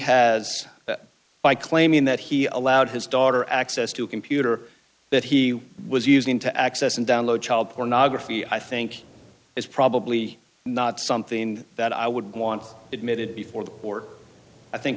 has by claiming that he allowed his daughter access to a computer that he was using to access and download child pornography i think is probably not something that i would want to admit it before the court i think